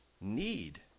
need